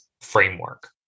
framework